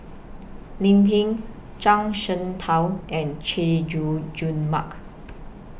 Lim Pin Zhuang Shengtao and Chay Jung Jun Mark